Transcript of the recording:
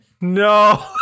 No